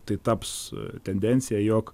tai taps tendencija jog